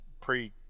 pre